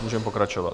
Můžeme pokračovat.